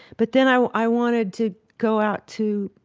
but then i i wanted to go out to,